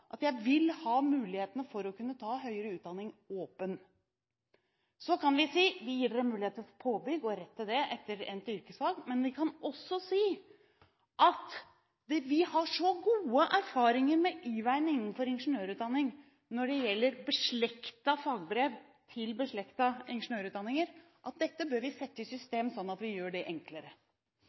at de vil ha muligheten til å ta høyere utdanning åpen. Så kan vi si at vi gir dem muligheten til påbygg og rett til det etter endt yrkesfag. Men vi kan også si at vi har så gode erfaringer med Y-veien innenfor ingeniørutdanning når det gjelder fagbrev i beslektede ingeniørutdanninger, at dette bør vi sette i system og gjøre enklere. Er det da slik at vi